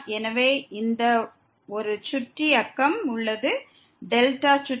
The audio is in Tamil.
எனவே இது ஐ சுற்றியுள்ள பகுதி 1 ஐச் சுற்றியுள்ள ஒரு பகுதி